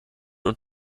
und